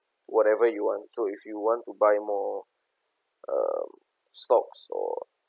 whatever you want so if you want to buy more um stocks or